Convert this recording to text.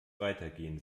weitergehen